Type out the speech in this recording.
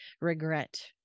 regret